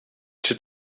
czy